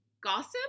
gossip